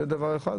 זה דבר אחד.